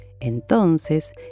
Entonces